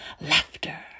laughter